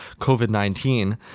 COVID-19